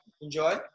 Enjoy